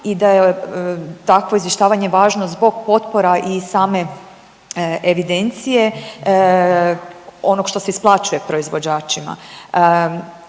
i da je takvo izvještavanje važno zbog potpora i same evidencije onog što se isplaćuje proizvođačima.